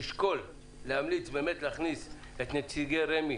תשקול להמליץ להכניס את נציגי רמ"י